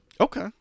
okay